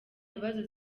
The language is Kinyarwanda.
bibazo